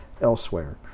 elsewhere